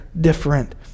different